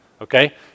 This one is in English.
okay